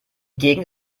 gegend